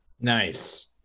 nice